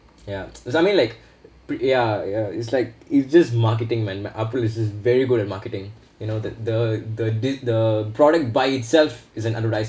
ya cause I mean like pre~ ya ya it's like it's just marketing man apple is just very good at marketing you know the the the did the product by itself is an advertisement